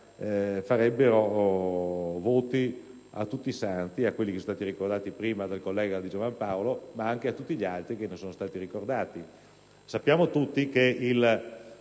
farebbero voti a tutti i Santi, a quelli che sono stati ricordati prima dal collega Di Giovan Paolo ma anche a tutti gli altri che non sono stati ricordati. Sappiamo tutti che la